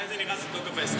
מתי נכנס ההסכם לתוקף?